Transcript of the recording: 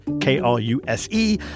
K-R-U-S-E